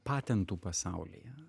patentų pasaulyje